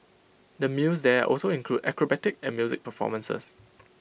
the meals there also include acrobatic and music performances